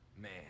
Man